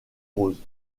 roses